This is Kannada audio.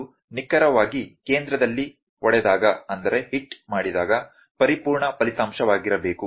ಅದು ನಿಖರವಾಗಿ ಕೇಂದ್ರದಲ್ಲಿ ಹೊಡೆದಾಗ ಪರಿಪೂರ್ಣ ಫಲಿತಾಂಶವಾಗಿರಬೇಕು